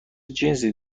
جنسی